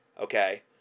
okay